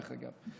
דרך אגב.